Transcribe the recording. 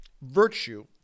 Virtue